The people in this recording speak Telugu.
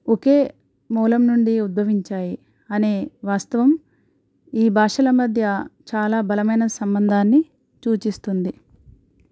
ఒకే మూలం నుండి ఉద్భవించాయి అనే వాస్తవం ఈ భాషల మధ్య చాలా బలమైన సంబంధాన్ని సూచిస్తుంది